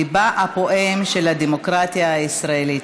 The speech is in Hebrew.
ליבה הפועם של הדמוקרטיה הישראלית.